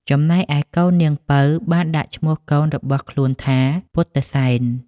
ចំណែកឯកូនាងពៅបានដាក់ឈ្មោះកូនរបស់ខ្លួនថាពុទ្ធិសែន។